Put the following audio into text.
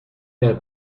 nel